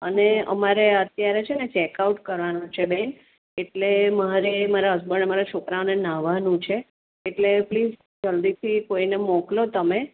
અને અમારે અત્યારે છે ને ચેક આઉટ કરવાનું છે બેન એટલે મારે મારા હસબન્ડ અમારા છોકરાઓને નાહવાનું છે એટલે પ્લીઝ જલ્દીથી કોઈને મોકલો તમે